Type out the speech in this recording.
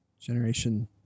Generation